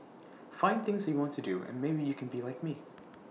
find things that you want to do and maybe you can be like me